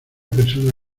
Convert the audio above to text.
persona